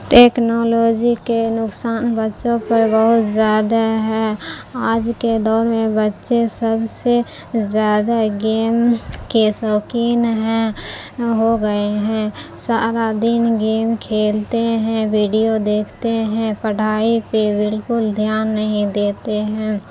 technology کے نقصان بچوں پر بہت زیادہ ہے آج کے دور میں بچے سب سے زیادہ گیم کے شوقین ہیں ہو گئے ہیں سارا دن گیم کھیلتے ہیں ویڈیو دیکھتے ہیں پڑھائی پہ بالکل دھیان نہیں دیتے ہیں